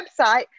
website